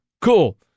Cool